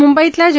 मुंबईतल्या जे